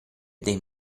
dei